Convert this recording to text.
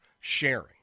sharing